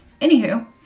anywho